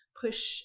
push